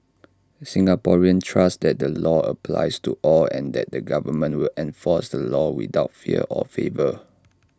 Singaporeans trust that the law applies to all and that the government will enforce the laws without fear or favour